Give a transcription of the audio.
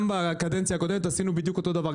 גם בקדנציה הקודמת עשינו בדיוק אותו דבר,